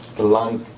the lung,